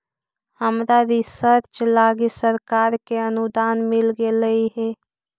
हमरा रिसर्च लागी सरकार से अनुदान मिल गेलई हे